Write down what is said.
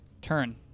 turn